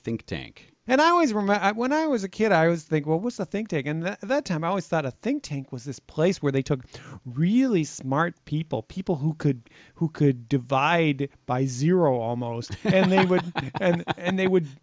think tank and i always remember when i was a kid i was think what was the think taken that time i always thought a think tank was this place where they took really smart people people who could who could divide by zero almost and they would